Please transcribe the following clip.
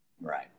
Right